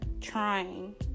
trying